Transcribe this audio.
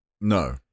No